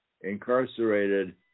incarcerated